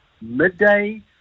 midday